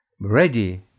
ready